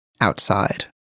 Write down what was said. outside